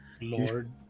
Lord